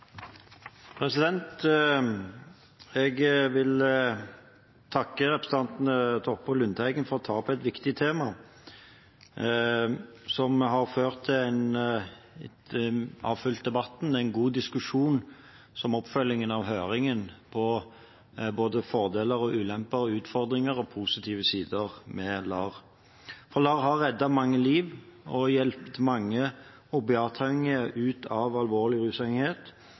Jeg vil takke representantene Toppe og Lundteigen for å ta opp et viktig tema, som har ført til – etter å ha fulgt debatten – en god diskusjon, som oppfølgingen av høringen, om både fordeler og ulemper og utfordringer og positive sider med LAR. LAR har reddet mange liv og hjulpet mange opiatavhengige ut av alvorlig rusavhengighet